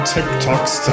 TikToks